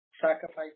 Sacrifice